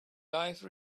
life